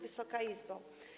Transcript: Wysoka Izbo!